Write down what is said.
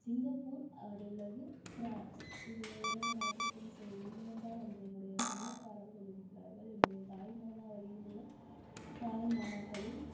Singapore அது இல்லது France இது இரண்டு நாட்டிற்கும் செல்வேன் ஏனென்றால் அங்கே என்னுடைய சொந்தக்காரர்கள் இருக்கிறார்கள் என்னுடைய தாய்மாமா வழியில் உள்ளே தாய்மாமாக்களும்